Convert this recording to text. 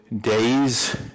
days